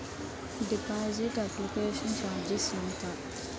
Deposit application charges ఎంత?